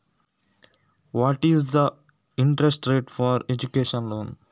Education loan ಗೆ ಎಷ್ಟು ಬಡ್ಡಿ ದರ ಉಂಟು?